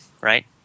right